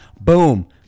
boom